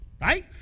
Right